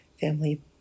family